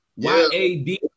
YAD